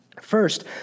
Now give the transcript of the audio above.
First